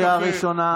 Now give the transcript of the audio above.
קריאה ראשונה.